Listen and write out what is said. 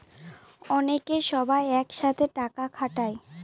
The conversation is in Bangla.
অনেকে সবাই এক সাথে টাকা খাটায়